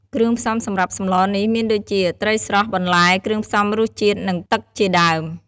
គ្រឿងផ្សំសម្រាប់សម្លនេះមានដូចជា ត្រីស្រស់ បន្លែ គ្រឿងផ្សំរសជាតិ និងទឹកជាដើម។